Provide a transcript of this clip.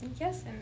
Yes